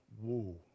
Whoa